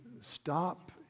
stop